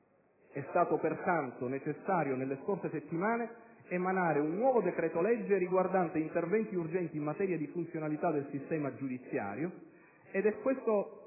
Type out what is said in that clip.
È stato pertanto necessario, nelle scorse settimane, emanare un nuovo decreto-legge riguardante "Interventi urgenti in materia di funzionalità del sistema giudiziario". Questo